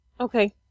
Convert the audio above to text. Okay